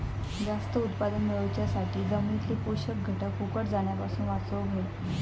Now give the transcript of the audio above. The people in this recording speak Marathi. जास्त उत्पादन मेळवच्यासाठी जमिनीतले पोषक घटक फुकट जाण्यापासून वाचवक होये